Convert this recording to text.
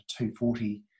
240